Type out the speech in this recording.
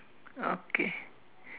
okay